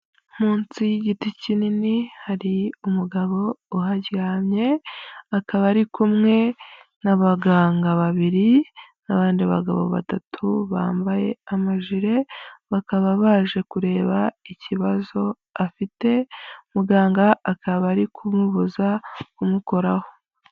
Munsi y'igiti kinini hari umugabo uharyamye akaba ari kumwe n'abaganga babiri n'abandi bagabo batatu bambaye amajire, bakaba baje kureba ikibazo afite muganga akaba ari kumubuza kumukoraho.